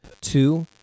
Two